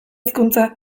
hizkuntza